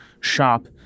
shop